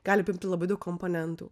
gali apimti labai daug komponentų